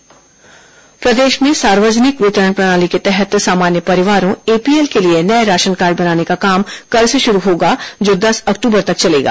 APL ration card प्रदेश में सार्वजनिक वितरण प्रणाली के तहत सामान्य परिवारों एपीएल के लिए नये राशनकार्ड बनाने का काम कल से शुरू होगा जो दस अक्टूबर तक चलेगा